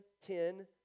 ten